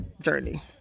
journey